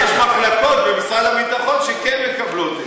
אז יש מחלקות במשרד הביטחון שכן מקבלות את זה.